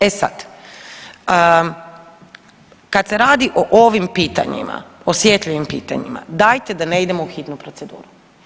E sad, kad se radi o ovim pitanjima, osjetljivim pitanjima, dajte da ne idemo u hitnu proceduru.